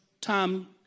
time